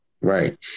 Right